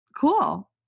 Cool